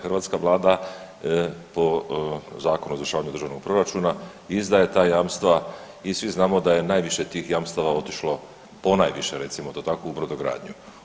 Hrvatska vlada po Zakonu o izvršavanju državnog proračuna izdaje ta jamstva i svi znamo da je najviše tih jamstava otišlo, ponajviše recimo to tako u brodogradnju.